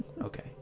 Okay